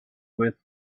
with